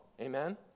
Amen